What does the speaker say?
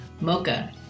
Mocha